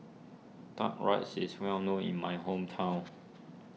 Duck Rice is well known in my hometown